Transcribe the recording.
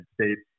states